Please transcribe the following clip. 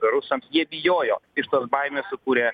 rusams jie bijojo iš tos baimės sukūrė